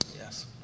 Yes